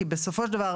כי בסופו של דבר,